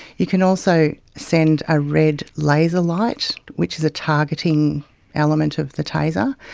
you can also send a red laser light, which is a targeting element of the taser,